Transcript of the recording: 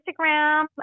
Instagram